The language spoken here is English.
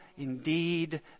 Indeed